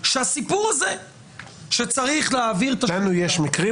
שהסיפור הזה שצריך להעביר את האישור --- לנו יש מקרים,